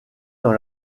dans